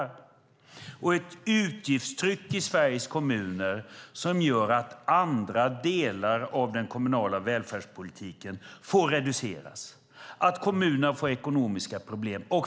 Det blir ett utgiftstryck i Sveriges kommuner som gör att andra delar av den kommunala välfärdspolitiken får reduceras och att kommunerna får ekonomiska problem.